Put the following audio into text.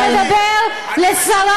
ואם אתה תמשיך ככה,